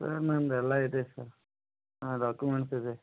sir ನಂದು ಎಲ್ಲ ಇದೆ ಸರ್ ಹಾಂ ಡಾಕ್ಯುಮೆಂಟ್ಸ್ ಇದೆ